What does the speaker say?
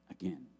Again